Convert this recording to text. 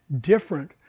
different